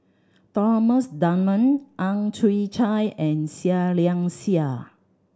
Thomas Dunman Ang Chwee Chai and Seah Liang Seah